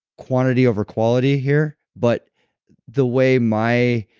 quantity over quality here but the way my